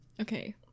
Okay